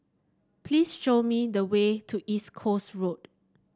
please show me the way to East Coast Road